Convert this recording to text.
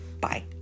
Bye